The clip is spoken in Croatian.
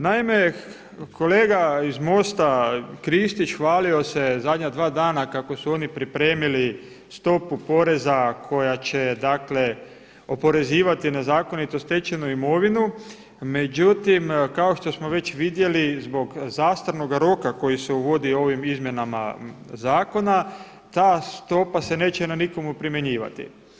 Naime, kolega iz MOST-a Kristić hvalio se zadnja dva dana kako su oni pripremili stopu poreza koja će oporezivati nezakonito stečenu imovinu, međutim kao što smo već vidjeli zbog zastarnoga roka koji se uvodi ovim izmjenama zakona ta stopa se neće na nikomu primjenjivati.